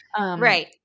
Right